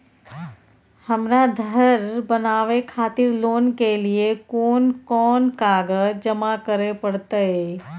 हमरा धर बनावे खातिर लोन के लिए कोन कौन कागज जमा करे परतै?